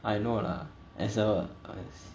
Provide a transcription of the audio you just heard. I know lah as a cause